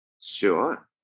Sure